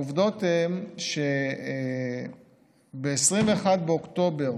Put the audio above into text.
העובדות הן שב-21 באוקטובר,